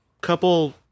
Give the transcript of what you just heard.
couple